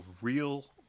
real